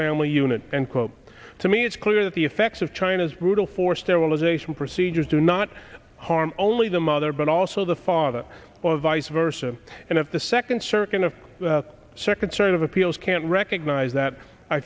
family unit and quote to me it's clear that the effects of china's brutal for sterilization procedures do not harm only the mother but also the father or vice versa and if the second circuit of the second sort of appeals can't recognize that i